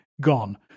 gone